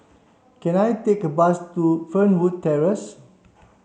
can I take a bus to Fernwood Terrace